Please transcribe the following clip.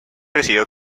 recibió